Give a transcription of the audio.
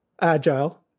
agile